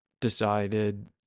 decided